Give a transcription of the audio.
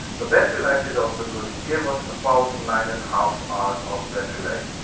the battery life is also good it gave us about nine and half hours of battery life.